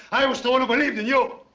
i was the one who believed in you.